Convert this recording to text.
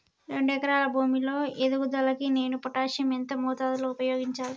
రెండు ఎకరాల భూమి లో ఎదుగుదలకి నేను పొటాషియం ఎంత మోతాదు లో ఉపయోగించాలి?